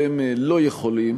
אתם לא יכולים